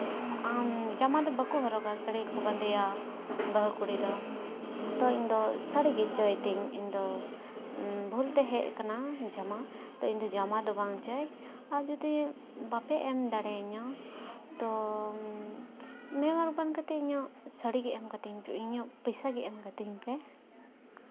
ᱟᱢ ᱡᱟᱢᱟ ᱫᱚ ᱵᱟᱠᱚ ᱦᱚᱨᱚᱜᱟ ᱥᱮ ᱥᱟᱹᱲᱤ ᱜᱮᱠᱚ ᱵᱟᱸᱫᱮᱭᱟ ᱵᱟᱹᱦᱩ ᱠᱩᱲᱤ ᱫᱚ ᱛᱚ ᱤᱧ ᱫᱚ ᱥᱟᱹᱲᱤ ᱜᱮ ᱪᱟᱹᱭ ᱛᱮᱧ ᱤᱧ ᱫᱚ ᱵᱷᱩᱞ ᱛᱮ ᱦᱮᱡ ᱠᱟᱱᱟ ᱡᱟᱢᱟ ᱛᱚ ᱡᱟᱢᱟ ᱫᱚ ᱵᱟᱝ ᱪᱟᱭ ᱟᱨ ᱡᱩᱫᱤ ᱵᱟᱯᱮ ᱮᱢ ᱫᱟᱲᱮᱭᱤᱧᱟ ᱛᱚ ᱨᱩᱣᱟᱹᱲ ᱵᱟᱝ ᱠᱟᱛᱮ ᱤᱧᱟᱹᱜ ᱥᱟᱹᱲᱤ ᱜᱮ ᱮᱢ ᱠᱟᱹᱛᱤᱧ ᱯᱮ ᱤᱧᱟᱹᱜ ᱯᱚᱭᱥᱟᱜᱮ ᱮᱢ ᱠᱟᱹᱛᱤᱧ ᱯᱮ